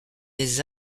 des